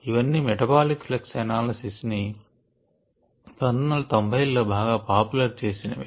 ఇవన్నీ metabolic flux analysis ని 1990 ల్లో బాగా పాపులర్ చేసినవి